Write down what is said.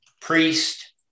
priest